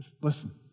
Listen